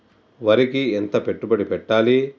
వరికి ఎంత పెట్టుబడి పెట్టాలి?